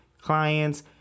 clients